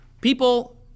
People